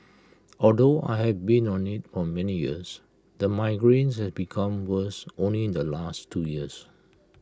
although I have been on IT on many years the migraines have become worse only in the last two years